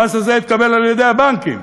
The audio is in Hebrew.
המס הזה התקבל על-ידי הבנקים,